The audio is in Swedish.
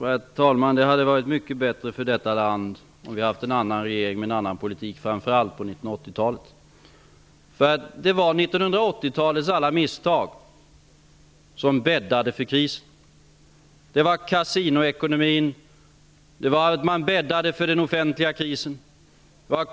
Herr talman! Det hade varit mycket bättre för detta land om vi hade haft en annan regering med en annan politik, framför allt på 1980-talet. Det var 1980-talets alla misstag som bäddade för krisen. Det var en kasinoekonomi och man bäddade för den offentliga krisen.